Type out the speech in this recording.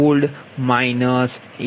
5 છે